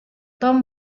tom